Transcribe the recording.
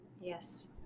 yes